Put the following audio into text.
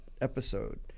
episode